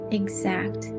exact